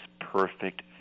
perfect